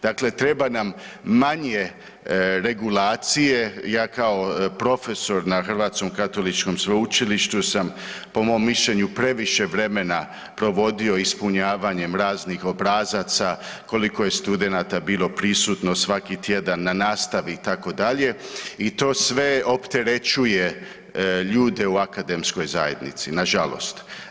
Dakle treba nam manje regulacije, ja kao profesor na Hrvatskom katoličkom sveučilištu sam, po mom mišljenju, previše vremena provodio ispunjavanjem raznih obrazaca, koliko je studenata bilo prisutno svaki tjedan na nastavi, itd., i to sve opterećuje ljude u akademskoj zajednici, nažalost.